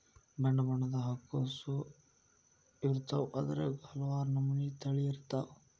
ಬಣ್ಣಬಣ್ಣದ ಹೂಕೋಸು ಇರ್ತಾವ ಅದ್ರಾಗ ಹಲವಾರ ನಮನಿ ತಳಿ ಇರ್ತಾವ